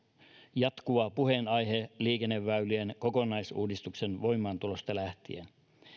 jatkuva puheenaihe liikenneväylien kokonaisuudistuksen voimaantulosta lähtien